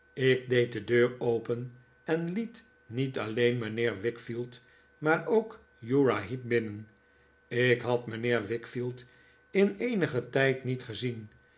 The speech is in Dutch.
ik deed de deur open en liet niet alleen mijnheer wickfield maar ook uriah heep binnen ik had mijnheer wickfield in eenigen tijd niet gezien